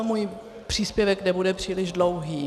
Můj příspěvek nebude příliš dlouhý.